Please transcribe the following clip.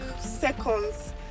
seconds